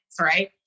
right